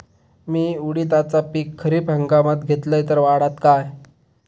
मी उडीदाचा पीक खरीप हंगामात घेतलय तर वाढात काय?